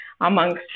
amongst